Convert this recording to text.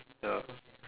ya